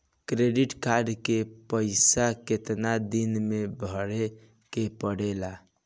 Credit card के पइसा कितना दिन में भरे के पड़ेला?